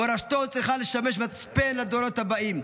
מורשתו צריכה לשמש מצפן לדורות הבאים,